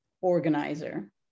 organizer